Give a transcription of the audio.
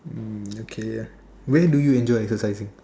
mm okay ya where do you enjoy exercising